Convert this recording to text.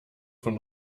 von